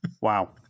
Wow